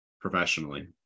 professionally